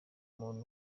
umuntu